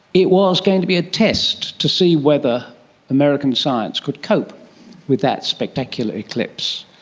it was going to be a test to see whether american science could cope with that spectacular eclipse.